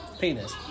penis